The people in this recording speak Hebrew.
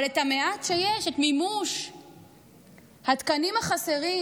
אבל את המעט שיש, את מימוש התקנים החסרים,